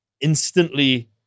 instantly